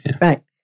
Right